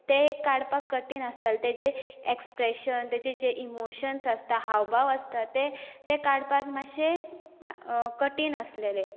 ते एक काडपाक कठीण आसताले तेजे एक्सप्रेशन तेजे जे इमोशन्स आसता हावभाव आसता ते ते काडपाक मातशे कठीण आसलेले